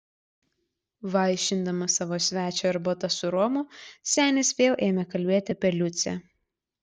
vaišindamas savo svečią arbata su romu senis vėl ėmė kalbėti apie liucę